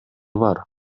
бар